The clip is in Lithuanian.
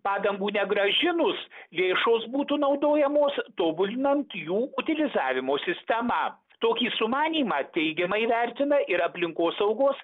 padangų negrąžinus lėšos būtų naudojamos tobulinant jų utilizavimo sistemą tokį sumanymą teigiamai vertina ir aplinkosaugos